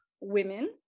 women